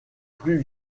plus